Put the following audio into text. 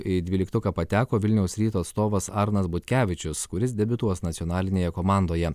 į dvyliktuką pateko vilniaus ryto atstovas arnas butkevičius kuris debiutuos nacionalinėje komandoje